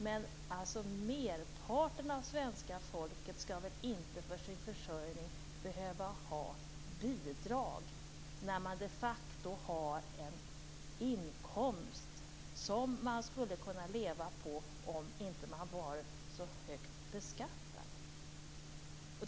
Men merparten av svenska folket skall inte för sin försörjning behöva ha bidrag, när man de facto har en inkomst som man skulle kunna leva på om man inte var så högt beskattad.